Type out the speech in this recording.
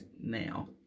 now